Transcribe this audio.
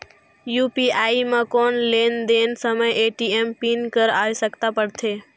UPI म कौन लेन देन समय ए.टी.एम पिन कर आवश्यकता पड़थे?